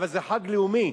אבל זה חג לאומי.